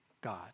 God